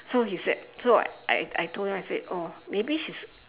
so he said so I I told him I said oh maybe she's